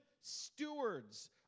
stewards